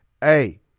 hey